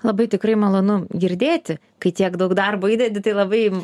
labai tikrai malonu girdėti kai tiek daug darbo įdedi tai labai